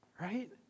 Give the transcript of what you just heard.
right